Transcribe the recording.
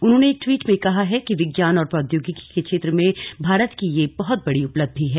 उन्होंने एक ट्वीट में कहा है कि विज्ञान और प्रौद्योगिकी के क्षेत्र में भारत की यह बहुत बड़ी उपलब्धि है